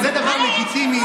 זה דבר לגיטימי,